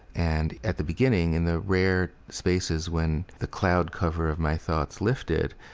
and at the beginning, in the rare spaces when the cloud cover of my thoughts lifted,